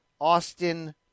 Austin